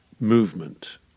movement